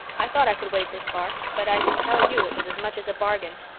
i thought i could wade this far, but i can tell you it was as much as a bargain.